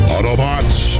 Autobots